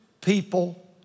people